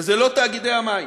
וזה לא תאגידי המים.